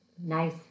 Nice